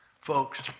Folks